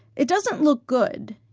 it doesn't look good.